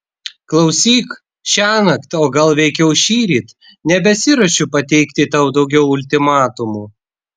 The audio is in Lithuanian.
klausyk šiąnakt o gal veikiau šįryt nebesiruošiu pateikti tau daugiau ultimatumų